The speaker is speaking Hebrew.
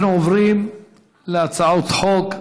אנחנו עוברים להצעות חוק.